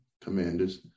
Commanders